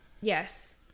Yes